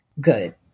good